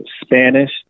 Spanish